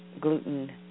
gluten